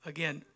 Again